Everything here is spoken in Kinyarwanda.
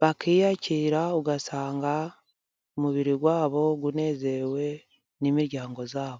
bakiyakira ,ugasanga umubiri wabo unezerewe n'imiryango yabo.